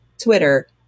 Twitter